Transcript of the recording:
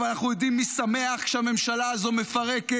ואנחנו יודעים מי שמח שהממשלה הזו מפרקת